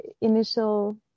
initial